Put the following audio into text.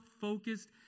focused